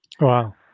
Wow